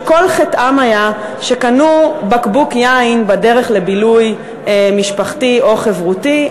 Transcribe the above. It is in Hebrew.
שכל חטאם היה שקנו בקבוק יין בדרך לבילוי משפחתי או חברותי,